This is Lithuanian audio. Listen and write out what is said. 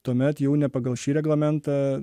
tuomet jau ne pagal šį reglamentą